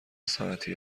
ساعتی